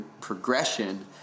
progression